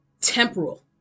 temporal